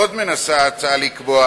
עוד מנסה ההצעה לקבוע,